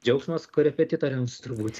džiaugsmas korepetitoriams turbūt